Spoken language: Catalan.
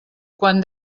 quan